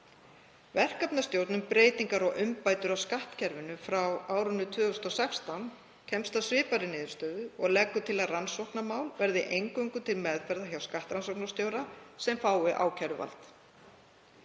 Verkefnisstjórn um breytingar og umbætur á skattkerfinu frá 2016 kemst að svipaðri niðurstöðu og leggur til að rannsóknarmál verði eingöngu til meðferðar hjá skattrannsóknarstjóra sem fái ákæruvald.